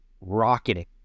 rocketing